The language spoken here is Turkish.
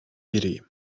biriyim